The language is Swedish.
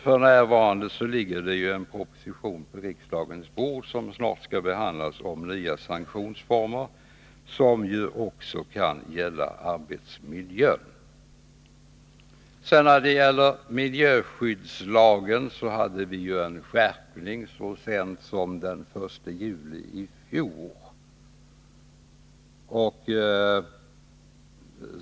F. n. ligger också en proposition på riksdagens bord som snart skall behandlas och i vilken föreslås nya sanktionsformer, som ju också kan gälla arbetsmiljön. När det gäller miljöskyddslagen vill jag säga att en skärpning av denna skedde så sent som den 1 juli i fjol.